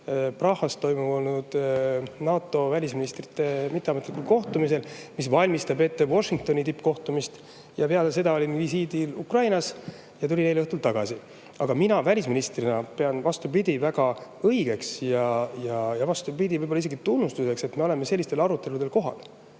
Prahas toimunud NATO välisministrite mitteametlikul kohtumisel, kus valmistuti Washingtoni tippkohtumiseks. Peale seda olin ma visiidil Ukrainas ja eile õhtul tulin tagasi. Aga välisministrina ma pean, vastupidi, väga õigeks ja võib-olla isegi tunnustuseks, et me oleme sellistel aruteludel kohal.